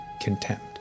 contempt